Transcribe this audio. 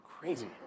crazy